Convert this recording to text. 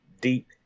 deep